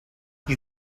you